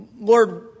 Lord